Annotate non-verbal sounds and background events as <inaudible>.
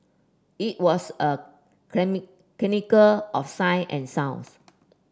it was a <unintelligible> of sight and sounds